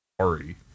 Sorry